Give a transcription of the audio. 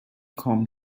come